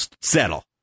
settle